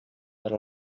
per